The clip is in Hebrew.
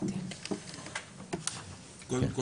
קודם כול,